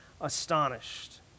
astonished